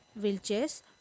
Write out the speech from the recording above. wheelchairs